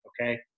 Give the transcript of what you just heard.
Okay